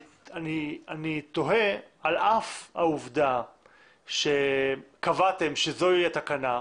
אני תוהה, על אף העובדה שקבעתם שזוהי התקנה,